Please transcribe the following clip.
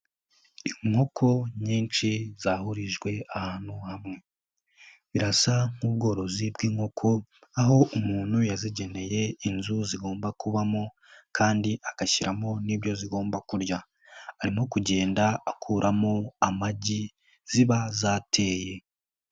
Inkoko nyinshi zahurijwe ahantu hamwe, birasa nk'ubworozi bw'inkoko aho umuntu yazigeneye inzu zigomba kubamo kandi agashyiramo n'ibyo zigomba kurya, arimo kugenda akuramo amagi ziba zateye.